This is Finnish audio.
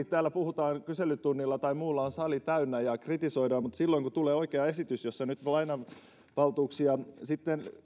täällä puhutaan kyselytunnilla tai muulla on sali täynnä ja kritisoidaan mutta silloin kun tulee oikea esitys jossa nyt lainavaltuuksia sitten